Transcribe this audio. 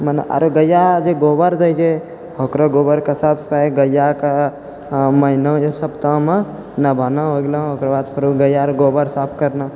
मने अर गैआ जे गोबर दै छै ओकरऽ गोबरके साफ सफाइ गैआके महीनो जे सप्ताहमे नहबाना हो गेलऽ ओकर बाद फेरो गैआ आर गोबर साफ करना